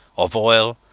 of oil,